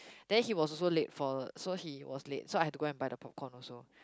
then he was also late for so he was late so I have to go and buy the popcorn also